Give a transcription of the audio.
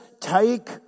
take